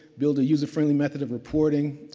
build a user friendly method of reporting,